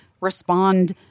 respond